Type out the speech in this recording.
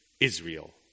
Israel